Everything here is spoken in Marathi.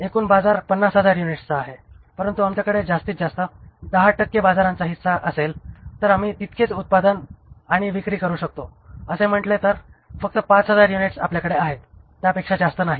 एकूण बाजार 50000 युनिट्सचा आहे परंतु आमच्याकडे जास्तीत जास्त 10 टक्के बाजाराचा हिस्सा असेल तर आम्ही तितकेच उत्पादन आणि विक्री करू शकतो असे म्हंटले तर फक्त 5000 युनिट्स आपल्याकडे आहेत त्यापेक्षा जास्त नाही